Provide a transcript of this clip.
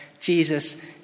Jesus